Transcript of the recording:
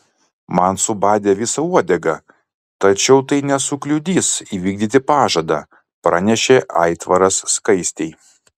man subadė visą uodegą tačiau tai nesukliudys įvykdyti pažadą pranešė aitvaras skaistei